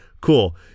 Cool